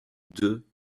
deux